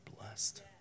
blessed